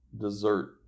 dessert